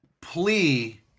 plea